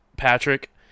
Patrick